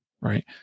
right